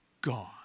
gone